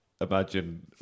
imagine